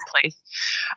place